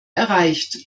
erreicht